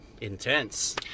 intense